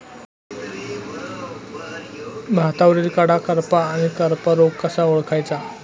भातावरील कडा करपा आणि करपा रोग कसा ओळखायचा?